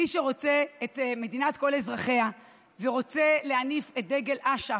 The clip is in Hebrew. מי שרוצה את מדינת כל אזרחיה ורוצה להניף את דגל אש"ף,